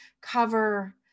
cover